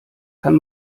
kann